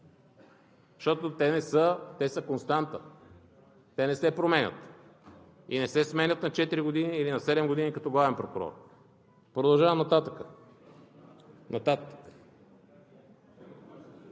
Защото те са константа, те не се променят и не се сменят на четири години или на седем години като главен прокурор. Продължавам нататък